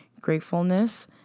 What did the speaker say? gratefulness